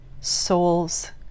soul's